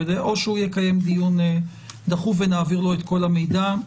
או שהוא יקיים דיון דחוף ונעביר לו את כל המידע.